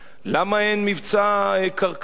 למה אין מבצע קרקעי?